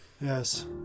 Yes